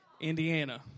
Indiana